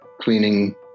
cleaning